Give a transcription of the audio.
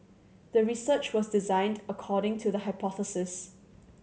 the research was designed according to the hypothesis